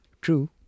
True